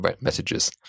messages